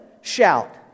shout